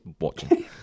watching